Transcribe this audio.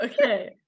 Okay